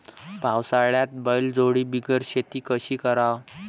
पावसाळ्यात बैलजोडी बिगर शेती कशी कराव?